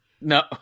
No